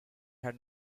had